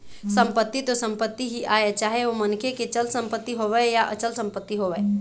संपत्ति तो संपत्ति ही आय चाहे ओ मनखे के चल संपत्ति होवय या अचल संपत्ति होवय